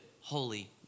holy